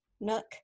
Nook